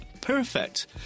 perfect